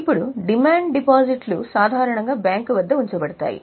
ఇప్పుడు డిమాండ్ డిపాజిట్లు సాధారణంగా బ్యాంకు వద్ద ఉంచబడతాయి